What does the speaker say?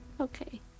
Okay